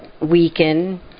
weaken